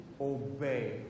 obey